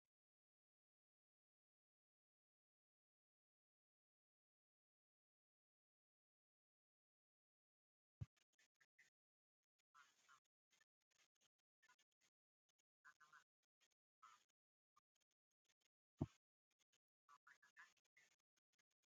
Ibikoresho byifashishwa mu masomo atandukanye nko gushushanya ndetse n'imibare. Mu busanzwe bibikwa mu gasanduku kabugenewe. Bifasha abanyeshuri kugaragaza impano zabo mu buryo bugiye butandukanye, bituma kandi abana batinyuka guhanga udushya, bakagira ubumenyi bwagutse. Binabafasha kandi guteza imbere ubugeni